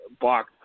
block